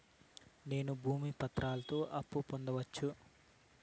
నేను భూమి పత్రాలతో అప్పు పొందొచ్చా?